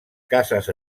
cases